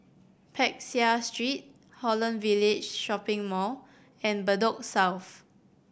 Peck Seah Street Holland Village Shopping Mall and Bedok South